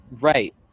Right